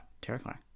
terrifying